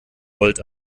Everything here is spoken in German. volt